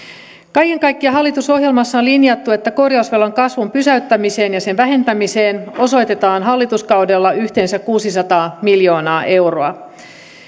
kaiken kaikkiaan hallitusohjelmassa on linjattu että korjausvelan kasvun pysäyttämiseen ja sen vähentämiseen osoitetaan hallituskaudella yhteensä kuusisataa miljoonaa euroa